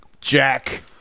Jack